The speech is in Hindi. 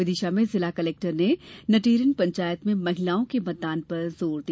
विदिशा में जिला कलेक्टर ने नटेरन पंचायत में महिलाओं के मतदान पर जोर दिया